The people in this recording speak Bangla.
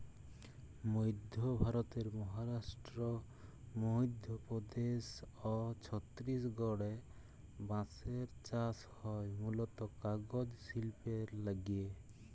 মইধ্য ভারতের মহারাস্ট্র, মইধ্যপদেস অ ছত্তিসগঢ়ে বাঁসের চাস হয় মুলত কাগজ সিল্পের লাগ্যে